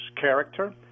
character